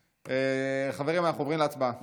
פורר, אינו